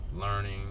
learning